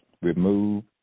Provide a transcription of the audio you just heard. remove